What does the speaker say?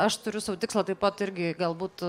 aš turiu sau tikslą taip pat irgi galbūt